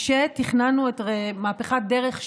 כשתכננו את מהפכת "דרך שווה",